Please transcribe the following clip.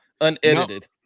Unedited